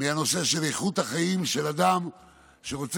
מהנושא של איכות החיים של אדם שרוצה